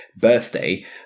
birthday